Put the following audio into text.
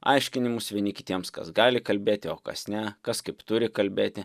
aiškinimus vieni kitiems kas gali kalbėti o kas ne kas kaip turi kalbėti